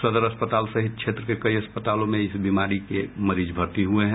सदर अस्पताल सहित क्षेत्र के कई अस्पतालों में इस बीमारी के मरीज भर्ती हुए हैं